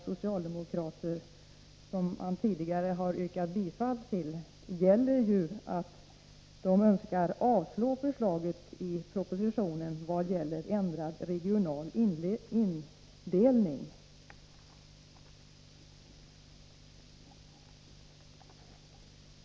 socialdemokrater — den motion som Börje Nilsson här har yrkat bifall ton till — går ju ut på att man önskar avslå propositionens förslag i vad gäller ändrad regional indelning.